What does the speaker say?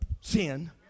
sin